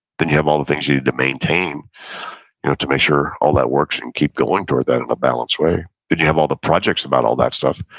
then you have all the things you need to maintain you know to make sure all that works and keep going toward that in a balanced way. you have all the projects about all that stuff.